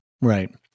Right